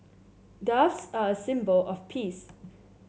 doves are a symbol of peace